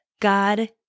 God